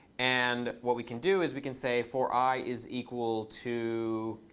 and what we can do is we can say for i is equal to